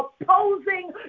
Opposing